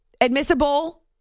admissible